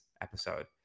episode